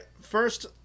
First